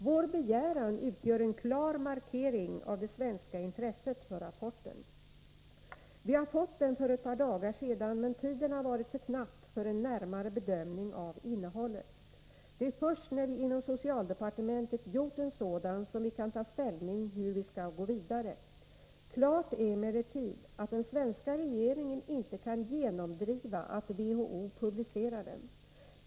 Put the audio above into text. Vår begäran utgör en klar markering av det svenska intresset för rapporten. Vi har fått den för ett par dagar sedan, men tiden har varit för knapp för en närmare bedömning av innehållet. Det är först när vi inom socialdepartementet gjort en sådan som vi kan ta ställning till hur vi skall gå vidare. Klart är emellertid att den svenska regeringen inte kan genomdriva att WHO publicerar den.